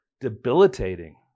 debilitating